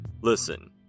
Listen